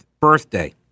birthday